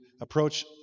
approach